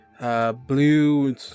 Blue